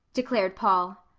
declared paul.